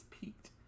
peaked